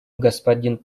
господин